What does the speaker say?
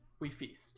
we feast